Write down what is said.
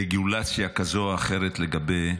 ברגולציה כזאת או אחרת לגבי